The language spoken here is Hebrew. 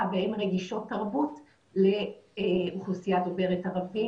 והן רגישות תרבות לאוכלוסייה דוברת ערבית.